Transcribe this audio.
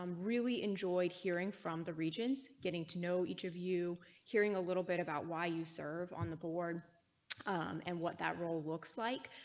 um really enjoyed hearing from the region's getting to know each of you hearing a little bit about why you serve on the board and what that role looks like,